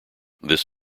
this